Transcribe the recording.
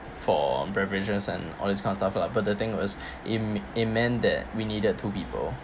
for beverages and all these kind of stuff lah but the thing it was im~ it meant that we needed two people